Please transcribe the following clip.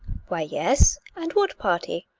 why, yes! and what party?